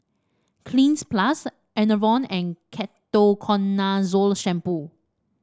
Cleanz Plus Enervon and Ketoconazole Shampoo